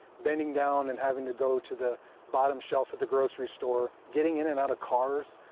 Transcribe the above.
bending down and having to go to the bottom shelf of the grocery store, getting in and out of cars,